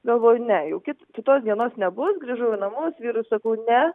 galvoju ne jau kit kitos dienos nebus grįžau į namus vyrui sakau ne